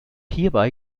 hierbei